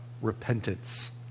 repentance